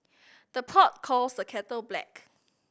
the pot calls the kettle black